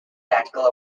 tactical